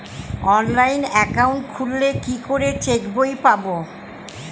Online account খুললে কি করে চেক বই পাব?